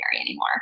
anymore